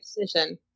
decision